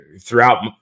throughout